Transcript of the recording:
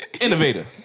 Innovator